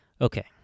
Okay